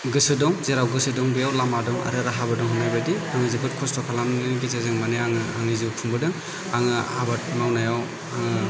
गोसो दं जेराव गोसो दं बेयाव लामा दं आरो राहाबो दं होननाय बायदि आङो जोबाद खस्थ' खालामनायनि गेजेरजों माने आङो आंनि जिउ खुंबोदों आङो आबाद मावनायाव